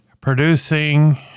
producing